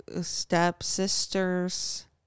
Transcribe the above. stepsister's